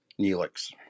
Neelix